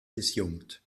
disjunkt